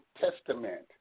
Testament